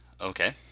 okay